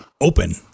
open